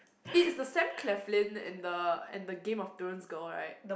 it's the Sam-Claflin and the and the Game of Thrones girl right